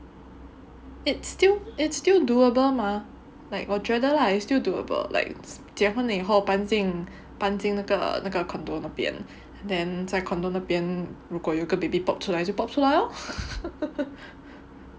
it's still it's still doable mah like 我觉得 lah it's still doable like 结婚以后搬进搬进那个那个 condo 那边 then 在 condo 那边如果有个 baby pop 出来就 pop 出来 lor